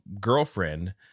girlfriend